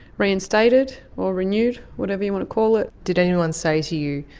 reinstated or renewed, whatever you want to call it. did anyone say to you,